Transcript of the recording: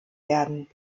werden